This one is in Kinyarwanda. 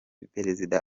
perezida